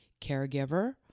caregiver